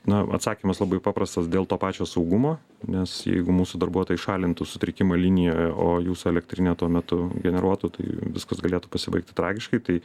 na atsakymas labai paprastas dėl to pačio saugumo nes jeigu mūsų darbuotojai šalintų sutrikimą linijoje o jūsų elektrinė tuo metu generuotų tai viskas galėtų pasibaigti tragiškai tai